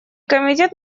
комитет